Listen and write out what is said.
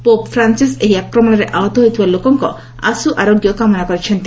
pope Francis ଏହି ଆକ୍ରମଣରେ ଆହତ ହୋଇଥିବା ଲୋକଙ୍କ ଆଶୁଆରୋଗ୍ୟ କାମନା କରିଛନ୍ତି